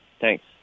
Thanks